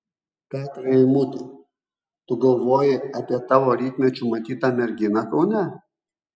petrai eimuti tu galvoji apie tavo rytmečiu matytą merginą kaune